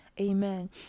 Amen